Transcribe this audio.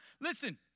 Listen